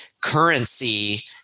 Currency